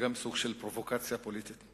וגם סוג של פרובוקציה פוליטית.